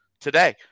today